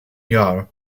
jahr